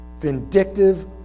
vindictive